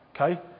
okay